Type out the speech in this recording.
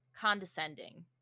condescending